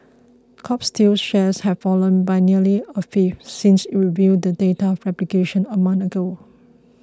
Kobe Steel's shares have fallen by nearly a fifth since it revealed the data fabrication a month ago